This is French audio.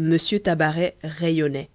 m tabaret rayonnait